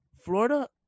Florida